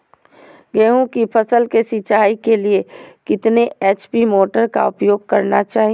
गेंहू की फसल के सिंचाई के लिए कितने एच.पी मोटर का उपयोग करना चाहिए?